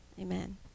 Amen